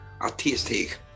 artistic